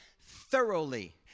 thoroughly